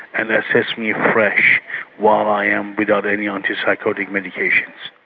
and assess me fresh while i am without any anti-psychotic medications.